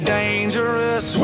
dangerous